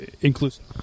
inclusive